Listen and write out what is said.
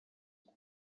kuba